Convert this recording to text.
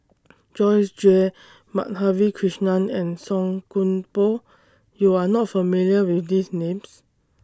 Joyce Jue Madhavi Krishnan and Song Koon Poh YOU Are not familiar with These Names